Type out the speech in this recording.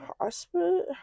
hospital